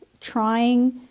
trying